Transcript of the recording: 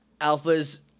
Alpha's